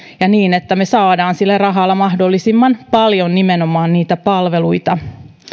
ja niin että me saamme sillä rahalla mahdollisimman paljon nimenomaan niitä palveluita